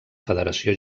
federació